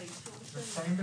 הישיבה